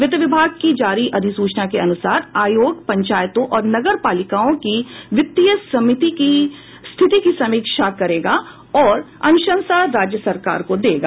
वित्त विभाग की जारी अधिसूचना के अनुसार आयोग पंचायतों और नगरपालिकाओं की वित्तीय स्थिति की समीक्षा करेगा और अनुशंसा राज्य सरकार को देगा